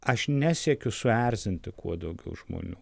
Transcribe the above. aš nesiekiu suerzinti kuo daugiau žmonių